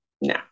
No